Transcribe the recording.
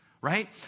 right